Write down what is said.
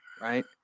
Right